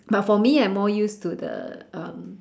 but for me I'm more used to the um